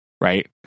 Right